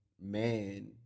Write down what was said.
man